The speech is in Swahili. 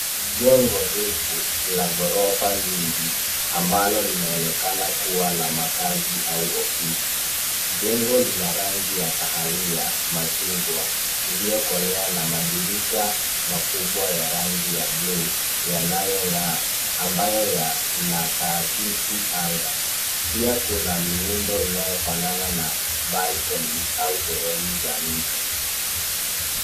Ni jengo refu la gorofa nyingi ambalo linaonekana kuwa la makazi au ofisi. Jengo lina rangi ya kahawia, machungwa iliyokolea na madirisha makubwa ya rangi ya bluu ambayo yanaakisi anga. Pia kuna miundo inayofanana na balconies au sehemu za nje.